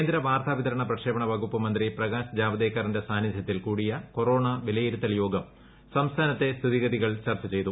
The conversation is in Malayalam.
കേന്ദ്ര വാർത്താവിതരണ പ്രക്ഷേപണ വകുപ്പു മന്ത്രി പ്രകാശ് ജാവദേക്കറിന്റെ സാന്നിധ്യത്തിൽ കൂടിയ കൊറോണ വിലയിരുത്തൽ യോഗം സംസ്ഥാനത്തെ സ്ഥിതിഗതികൾ ചർച്ച ചെയ്തു